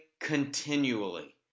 continually